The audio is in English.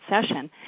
session